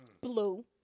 Blue